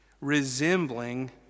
resembling